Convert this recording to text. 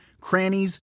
crannies